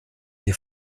die